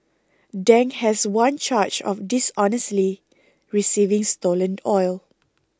Dang has one charge of dishonestly receiving stolen oil